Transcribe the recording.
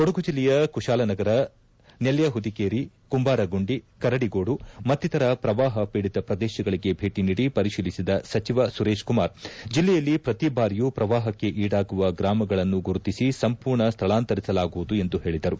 ಕೊಡಗು ಜಿಲ್ಲೆಯ ಕುಶಾಲನಗರ ನೆಲ್ಲಹುದಿಕೇರಿ ಕುಂಬಾರಗುಂಡಿ ಕರಡಿಗೋಡು ಮತ್ತಿತರ ಪ್ರವಾಹ ಪೀಡಿತ ಪ್ರದೇಶಗಳಿಗೆ ಭೇಟಿ ನೀಡಿ ಪರಿತೀಲಿಸಿದ ಸಚಿವ ಸುರೇತ್ ಕುಮಾರ್ ಜಿಲ್ಲೆಯಲ್ಲಿ ಪ್ರತಿ ಬಾರಿಯೂ ಪ್ರವಾಹಕ್ಕೆ ಈಡಾಗುವ ಗ್ರಾಮಗಳನ್ನು ಗುರುತಿಸಿ ಸಂಪೂರ್ಣ ಸ್ನಳಾಂತರಿಸಲಾಗುವುದು ಎಂದು ಹೇಳಿದರು